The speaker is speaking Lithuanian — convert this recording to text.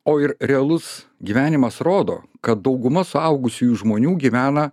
o ir realus gyvenimas rodo kad dauguma suaugusiųjų žmonių gyvena